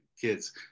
kids